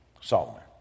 solomon